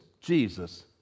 Jesus